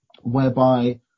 whereby